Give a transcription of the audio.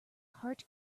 heart